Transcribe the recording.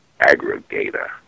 aggregator